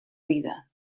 vida